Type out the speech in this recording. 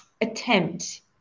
attempt